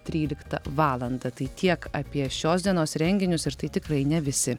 tryliktą valandą tai tiek apie šios dienos renginius ir tai tikrai ne visi